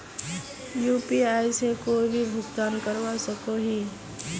UPI से कोई भी भुगतान करवा सकोहो ही?